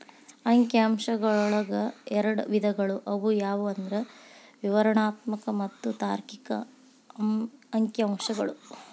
ಅಂಕಿ ಅಂಶಗಳೊಳಗ ಎರಡ್ ವಿಧಗಳು ಅವು ಯಾವಂದ್ರ ವಿವರಣಾತ್ಮಕ ಮತ್ತ ತಾರ್ಕಿಕ ಅಂಕಿಅಂಶಗಳು